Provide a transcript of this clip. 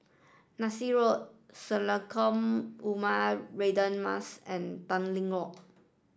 Nassim Road Sekolah Ugama Radin Mas and Tanglin Walk